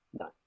No